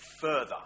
further